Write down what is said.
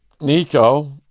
Nico